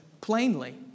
plainly